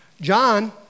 John